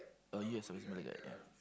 oh you yourself is Malay guy ya